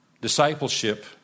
discipleship